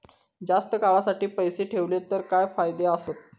जास्त काळासाठी पैसे ठेवले तर काय फायदे आसत?